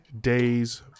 days